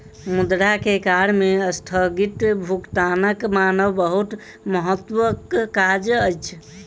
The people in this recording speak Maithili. मुद्रा के कार्य में अस्थगित भुगतानक मानक बहुत महत्वक काज अछि